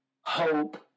hope